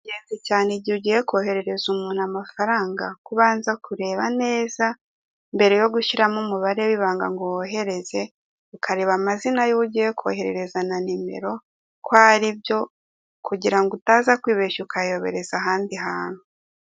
Ni ingenzi cyane igihe ugiye koherereza umuntu amafaranga, kubanza kureba neza mbere yo gushyiramo umubare w'ibanga ngo wohereze. Ukareba amazina y'uwo ugiye koherereza na nimero ko ari byo, kugira ngo utaza kwibeshya ukayayobereza ahandi hantu.